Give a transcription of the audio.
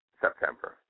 September